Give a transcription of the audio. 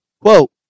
Quote